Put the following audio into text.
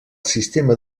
sistema